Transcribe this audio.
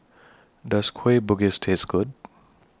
Does Kueh Bugis Taste Good